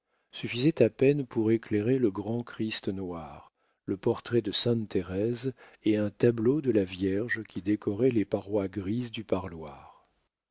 suffisait à peine pour éclairer le grand christ noir le portrait de sainte thérèse et un tableau de la vierge qui décoraient les parois grises du parloir